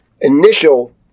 initial